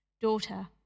Daughter